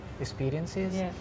experiences